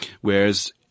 Whereas